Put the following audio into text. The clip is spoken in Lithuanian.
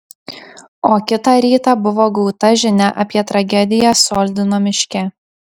o kitą rytą buvo gauta žinia apie tragediją soldino miške